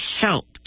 helped